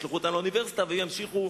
ישלחו אותם לאוניברסיטה וימשיכו.